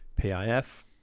PIF